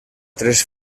tres